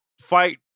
fight